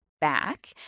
back